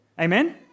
Amen